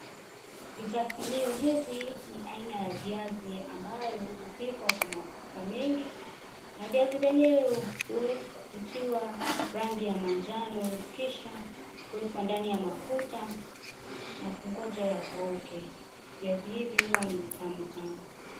Vitafunio hivi ni aina ya viazi ambayo hupikwa kwa mafuta mengi, na viazi vyenyewe hutiwa rangi ya manjano, kisha kuwekwa ndani ya mafuta, na kungoja yakauke. Viazi hivi huwa ni vitamu sana.